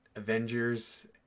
avengers